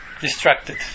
distracted